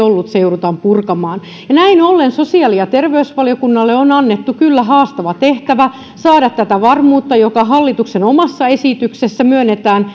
ollut se joudutaan purkamaan näin ollen sosiaali ja terveysvaliokunnalle on annettu kyllä haastava tehtävä saada tätä varmuutta kun hallituksen omassa esityksessä myönnetään